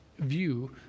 view